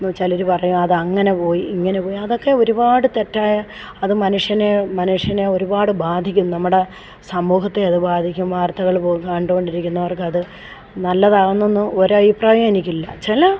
ചിലർ പറയും അത് അങ്ങനെ പോയി ഇങ്ങനെ പോയി അതൊക്കെ ഒരുപാട് തെറ്റായ അത് മനുഷ്യനെ മനുഷ്യനെ ഒരുപാട് ബാധിക്കും നമ്മുടെ സമൂഹത്തെ അത് ബാധിക്കും വാർത്തകൾ കണ്ടുകൊണ്ടിരിക്കുന്നവർക്ക് അത് നല്ലതാണ് എന്നൊന്ന് ഒരു അഭിപ്രായവും എനിക്കില്ല ചില